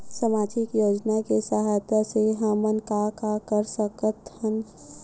सामजिक योजना के सहायता से हमन का का कर सकत हन?